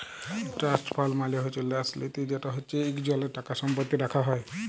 trust fund মালে হছে ল্যাস লিতি যেট হছে ইকজলের টাকা সম্পত্তি রাখা হ্যয়